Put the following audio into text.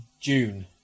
June